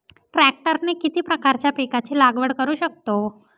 ट्रॅक्टरने किती प्रकारच्या पिकाची लागवड करु शकतो?